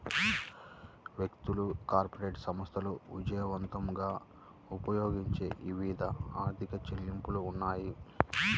వ్యక్తులు, కార్పొరేట్ సంస్థలు విజయవంతంగా ఉపయోగించే వివిధ ఆర్థిక చెల్లింపులు ఉన్నాయి